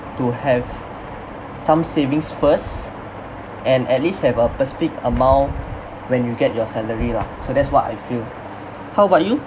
to have some savings first and at least have a specific amount when you get your salary lah so that's what I feel how about you